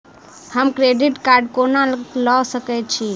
हम credit card कोना लऽ सकै छी?